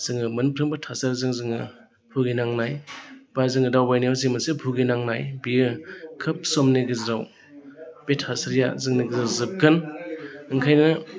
जोङो मोनफ्रोमबो थासारिजों जोङो भुगिनांनाय बा जोङो दावबायनायाव जि मोनसे भुगिनांनाय बियो खोब समनि गेजेराव बे थासारिया जोंनि गेजेराव जोबगोन ओंखायनो